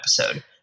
episode